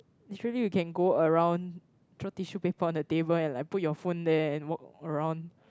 literally you can go around throw tissue paper on the table and like put your phone there and walk around